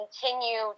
continue